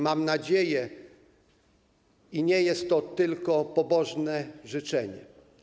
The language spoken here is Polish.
Mam nadzieję, że nie jest to tylko pobożne życzenie.